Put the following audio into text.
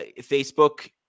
Facebook